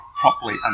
properly